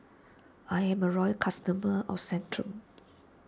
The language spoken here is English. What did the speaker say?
I'm a loyal customer of Centrum